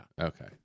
Okay